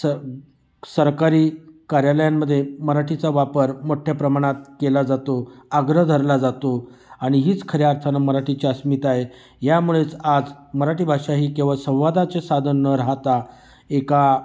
स सरकारी कार्यालयांमध्ये मराठीचा वापर मोठ्ठ्या प्रमाणात केला जातो आग्रह धरला जातो आणि हीच खऱ्या अर्थानं मराठीची अस्मिता आहे यामुळेच आज मराठी भाषा ही केवळ संवादाचे साधन न राहता एका